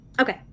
Okay